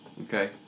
Okay